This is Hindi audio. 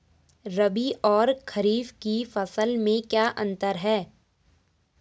रबी और खरीफ की फसल में क्या अंतर है?